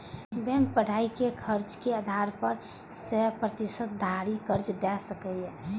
bank पढ़ाइक खर्चक आधार पर सय प्रतिशत धरि कर्ज दए सकैए